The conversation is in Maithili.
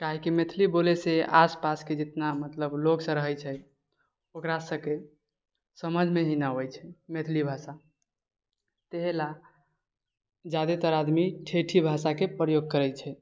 काहेकि मैथिली बोलैसँ आसपासके जितना मतलब लोक सब रहै छै ओकरा सबके समझमे ही नहि आबै छै मैथिली भाषा एहिलए ज्यादातर आदमी ठेठी भाषाके प्रयोग करै छै